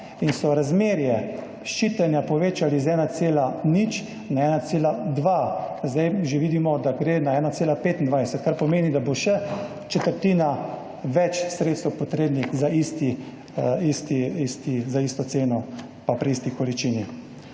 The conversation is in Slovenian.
in so razmerje ščitenja povečali z 1,0 na 1,2. Zdaj že vidimo, da gre na 1,25, kar pomeni, da bo še četrtina več sredstev potrebnih za isto ceno pri isti količini.